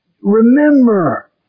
Remember